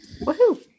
Woohoo